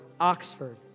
Oxford